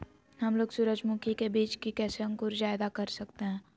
हमलोग सूरजमुखी के बिज की कैसे अंकुर जायदा कर सकते हैं?